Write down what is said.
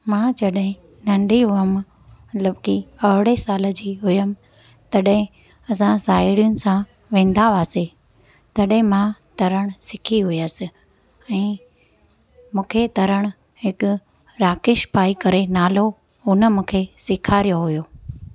मां जॾहिं नंढी हुअमि मतलब की अरिड़हं साल जी हुयमि तॾहिं असां साहेड़ियुनि सां वेंदा हुवासीं तॾहिं मां तरणु सिखी हुयसि ऐं मूंखे तरणु हिकु राकेश भाई करे नालो हुन मूंखे सेखारियो हुयो